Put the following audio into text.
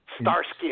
Starsky